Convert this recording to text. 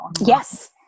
Yes